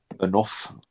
Enough